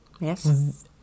Yes